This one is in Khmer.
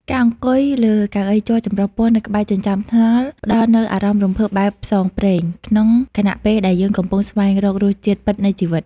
ការអង្គុយលើកៅអីជ័រចម្រុះពណ៌នៅក្បែរចិញ្ចើមថ្នល់ ផ្តល់នូវអារម្មណ៍រំភើបបែបផ្សងព្រេង ក្នុងខណៈពេលដែលយើងកំពុងស្វែងរករសជាតិពិតនៃជីវិត។